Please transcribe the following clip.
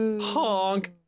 Honk